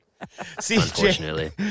Unfortunately